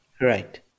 Right